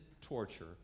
torture